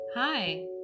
Hi